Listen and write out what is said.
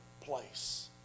place